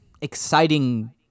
exciting